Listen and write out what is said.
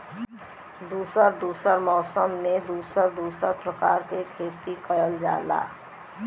दुसर दुसर मौसम में दुसर दुसर परकार के खेती कइल जाला